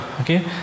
okay